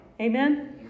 Amen